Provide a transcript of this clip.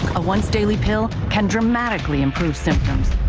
a once daily pill can dramatically a so